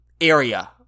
area